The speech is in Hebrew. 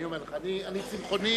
אני צמחוני